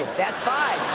that's fine.